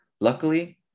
Luckily